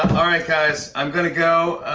guys. i'm gonna go.